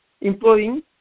employing